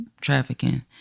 trafficking